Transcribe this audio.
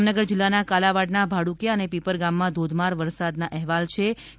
જામનગર જિલ્લાના કાલાવાડના ભાડુકીયા અને પીપર ગામમાં ધોધમાર વરસાદના અહેવાલ મળી રહ્યા છે